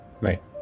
Right